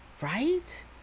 right